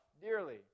dearly